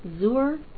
Zur